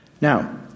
Now